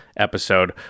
episode